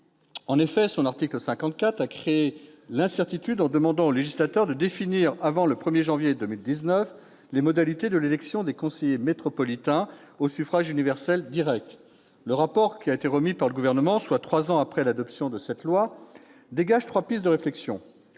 En effet, son article 54 a créé l'incertitude en demandant au législateur de définir, avant le 1 janvier 2019, les modalités de l'élection des conseillers métropolitains au suffrage universel direct. Le rapport remis par le Gouvernement trois ans après l'adoption de cette loi dégage trois pistes de réflexion.